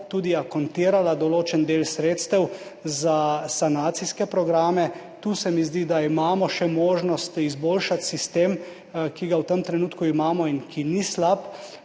tudi akontirala določen del sredstev za sanacijske programe. Tu se mi zdi, da imamo še možnost izboljšati sistem, ki ga v tem trenutku imamo in ki ni slab,